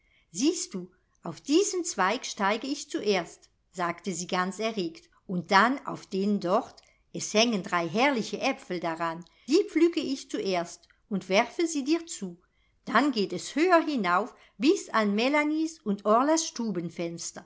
siehst du auf diesen zweig steige ich zuerst sagte sie ganz erregt und dann auf den dort es hängen drei herrliche aepfel daran die pflücke ich zuerst und werfe sie dir zu dann geht es höher hinauf bis an melanies und